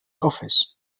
office